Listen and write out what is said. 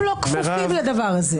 הם לא כפופים לדבר הזה?